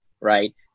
right